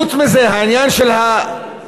חוץ מזה, העניין של הירושה.